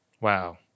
Wow